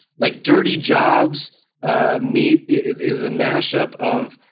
like dirty jobs ah i mean is a mashup of